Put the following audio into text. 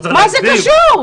מה זה קשור?